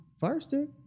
Firestick